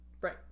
Right